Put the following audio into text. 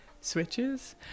switches